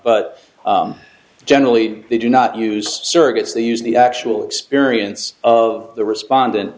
but generally they do not use surrogates they use the actual experience of the respondent